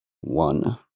one